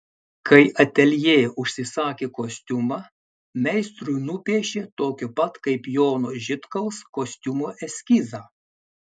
kai ateljė užsisakė kostiumą meistrui nupiešė tokio pat kaip jono žitkaus kostiumo eskizą